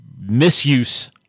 misuse